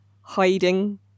hiding